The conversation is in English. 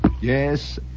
Yes